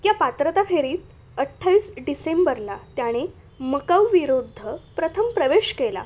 त्या पात्रता फेरीत अठ्ठावीस डिसेंबरला त्याने मकाऊविरुद्ध प्रथम प्रवेश केला